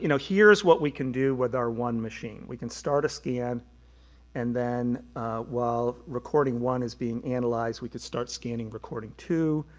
you know here's what we can do with our one machine. we can start a scan and then while recording one is being analyzed we can start scanning recording two,